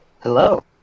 Hello